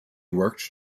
worked